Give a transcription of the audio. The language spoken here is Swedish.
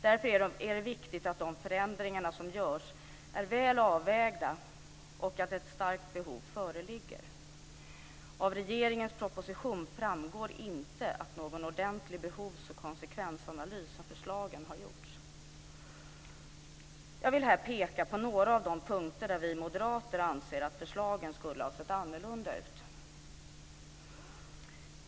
Därför är det viktigt att de förändringar som görs är väl avvägda och att ett starkt behov föreligger. Av regeringens proposition framgår inte att någon ordentlig behovsoch konsekvensanalys av förslagen har gjorts. Jag vill här peka på några av de punkter där vi moderater anser att förslagen skulle ha sett annorlunda ut.